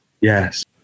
Yes